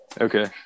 Okay